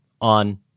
on